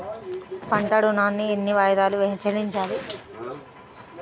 పంట ఋణాన్ని ఎన్ని వాయిదాలలో చెల్లించాలి?